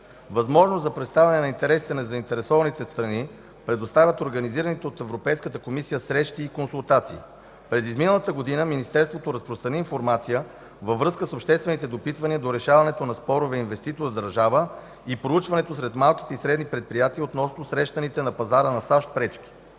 Възможност за представяне на интересите на заинтересованите страни предоставят организираните от Европейската комисия срещи и консултации. През изминалата година Министерството разпространи информация във връзка с обществените допитвания за решаването на спорове инвеститор-държава и проучването сред малките и средни предприятия относно срещаните на пазара на САЩ пречки.